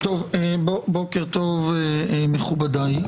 בוקר טוב מכובדיי.